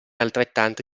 altrettante